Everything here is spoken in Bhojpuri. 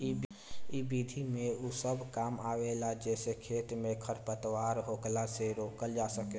इ विधि में उ सब काम आवेला जेसे खेत में खरपतवार होखला से रोकल जा सके